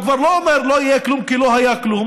הוא כבר לא אומר: לא יהיה כלום כי לא היה כלום.